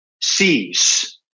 sees